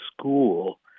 school